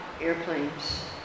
airplanes